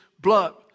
blood